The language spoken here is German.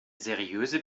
seriöse